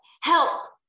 Help